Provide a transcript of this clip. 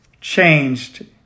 changed